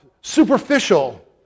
superficial